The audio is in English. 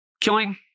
killing